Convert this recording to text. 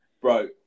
Bro